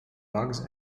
bugs